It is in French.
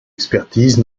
expertises